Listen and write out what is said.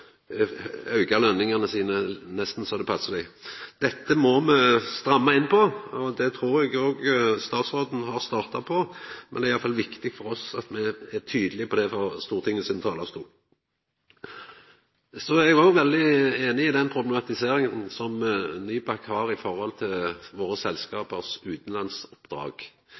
lønningane sine nesten som det passar dei. Dette må me stramma inn på, og det trur eg statsråden har starta på, men det er iallfall viktig for oss at me er tydelege på det frå Stortingets talarstol. Så er òg eg veldig einig i den problematiseringa som Nybakk gjev uttrykk for i forhold til våre